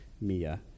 Mia